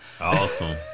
Awesome